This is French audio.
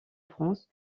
france